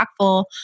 impactful